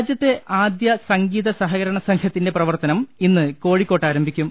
രാജ്യത്തെ ആദ്യ സംഗീത സഹകരണ സംഘത്തിന്റെ പ്രവർത്തനം ഇന്ന് കോഴിക്കോട്ടാരംഭിക്കും